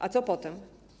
A co potem?